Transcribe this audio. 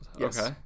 Okay